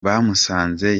bamusanze